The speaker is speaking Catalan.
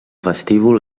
vestíbul